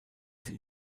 sich